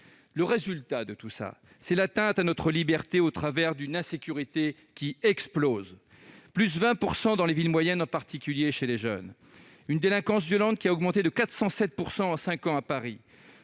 Le résultat, c'est l'atteinte à notre liberté au travers d'une insécurité qui explose- en hausse de 20 % dans les villes moyennes, en particulier chez les jeunes. La délinquance violente a augmenté de 407 % en cinq ans à Paris.